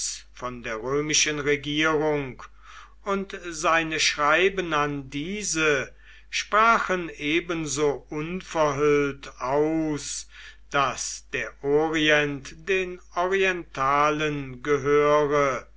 von der römischen regierung und seine schreiben an diese sprachen ebenso unverhüllt aus daß der orient den orientalen gehöre